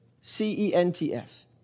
C-E-N-T-S